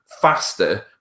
faster